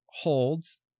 holds